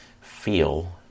feel